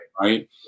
Right